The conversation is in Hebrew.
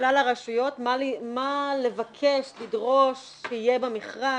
לכלל הרשויות מה לבקש, לדרוש שיהיה במכרז.